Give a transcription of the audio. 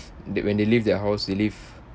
th~ when they leave their house they leave